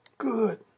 Good